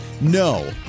No